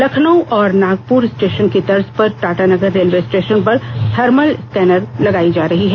लखन ऊ और नागपुर स्टेशन की तर्ज पर टाटानगर रेलवे स्टेशन पर थर्मल स्कैनर लगाई जा रही है